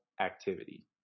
activity